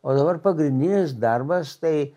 o dabar pagrindinis darbas tai